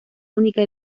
única